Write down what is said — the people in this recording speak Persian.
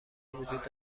وجود